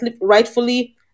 rightfully